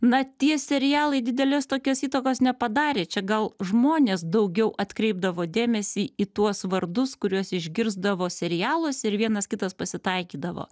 na tie serialai didelės tokios įtakos nepadarė čia gal žmonės daugiau atkreipdavo dėmesį į tuos vardus kuriuos išgirsdavo serialuos ir vienas kitas pasitaikydavo